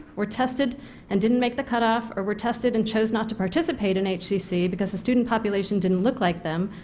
tested and didn't make the cut off, or were tested and chose not to participate in hcc because the student population didn't look like them,